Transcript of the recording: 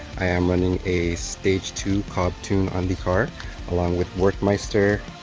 i am running a stage two cobb tune on the car along with work meister